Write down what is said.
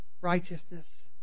righteousness